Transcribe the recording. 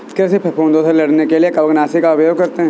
कृषि फफूदों से लड़ने के लिए कवकनाशी का उपयोग करते हैं